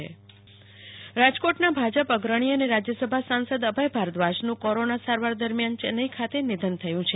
કુલ્પના શાહ અવસાન રાજકોટ ના ભાજપ અગ્રણી અને રાજ્યસભા સાંસદ અભય ભારદ્વાજ નું કોરોના સારવાર દરમ્યાન ચેન્નઈ ખાતેનિધન થયું છે